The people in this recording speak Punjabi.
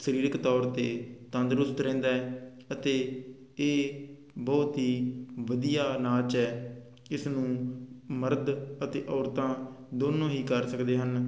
ਸਰੀਰਕ ਤੌਰ 'ਤੇ ਤੰਦਰੁਸਤ ਰਹਿੰਦਾ ਅਤੇ ਇਹ ਬਹੁਤ ਹੀ ਵਧੀਆ ਨਾਚ ਹੈ ਇਸ ਨੂੰ ਮਰਦ ਅਤੇ ਔਰਤਾਂ ਦੋਨੋਂ ਹੀ ਕਰ ਸਕਦੇ ਹਨ